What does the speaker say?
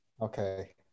Okay